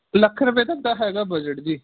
ਲੱਖ ਰੁਪਏ ਤੱਕ ਦਾ ਹੈਗਾ ਬਜਟ ਜੀ